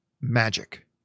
magic